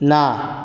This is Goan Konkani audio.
ना